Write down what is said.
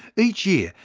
each year,